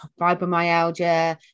fibromyalgia